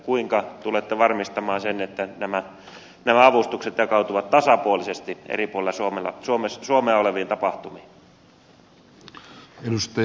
kuinka tulette varmistamaan sen että nämä avustukset jakautuvat tasapuolisesti eri puolella suomea oleviin tapahtumiin